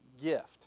gift